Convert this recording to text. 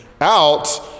out